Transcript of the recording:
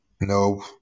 no